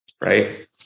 right